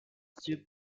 sweep